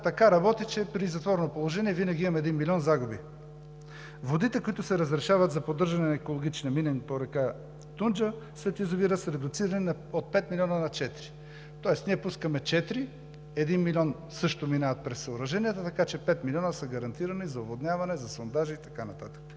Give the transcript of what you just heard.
така работи, че при затворено положение винаги имаме 1 милион загуби, водите, които се разрешават за поддържане на екологичния минимум по река Тунджа, след язовира, са редуцирани от 5 милиона на 4. Тоест ние пускаме 4 – 1 милион също минават през съоръженията, така че 5 милиона са гарантирани за оводняване, за сондажи и така нататък.